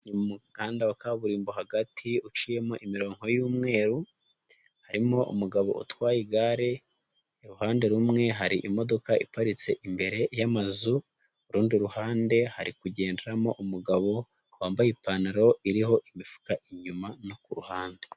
Ni muhanda wa kaburimbo hagati uciyemo imirongo y'umweru, harimo umugabo utwaye igare iruhande rumwe, hari imodoka iparitse imbere y'amazu, urundi ruhande hari kugenderamo umugabo wambaye ipantaro iriho imifuka inyuma no ku ruhande.